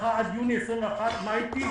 אבטחה עד יוני 2021. מה איתי?